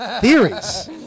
theories